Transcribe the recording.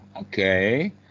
okay